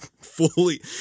fully